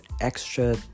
extra